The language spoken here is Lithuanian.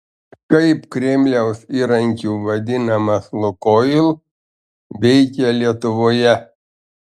kaip kremliaus įrankiu vadinamas lukoil veikė lietuvoje